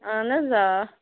اَہَن حظ آ